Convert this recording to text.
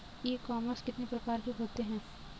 ई commerce कितने प्रकार के होते हैं?